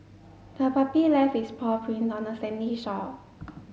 the puppy left its paw print on the sandy shore